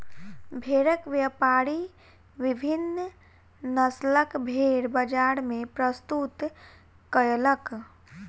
भेड़क व्यापारी विभिन्न नस्लक भेड़ बजार मे प्रस्तुत कयलक